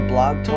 Blog